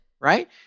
Right